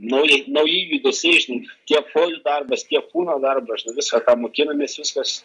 nauji nauji judesiai žinai tiek kojų darbas tiek kūno darbas žinai visa ką mokinamės viskas